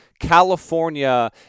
California